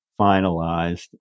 finalized